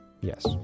yes